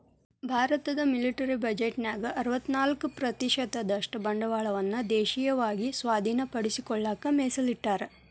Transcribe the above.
ಭಾರತದ ಮಿಲಿಟರಿ ಬಜೆಟ್ನ್ಯಾಗ ಅರವತ್ತ್ನಾಕ ಪ್ರತಿಶತದಷ್ಟ ಬಂಡವಾಳವನ್ನ ದೇಶೇಯವಾಗಿ ಸ್ವಾಧೇನಪಡಿಸಿಕೊಳ್ಳಕ ಮೇಸಲಿಟ್ಟರ